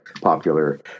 popular